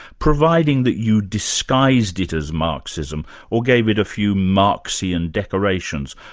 providing that you disguised it as marxism, or gave it a few marxian decorations.